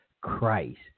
Christ